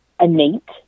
innate